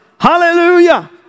Hallelujah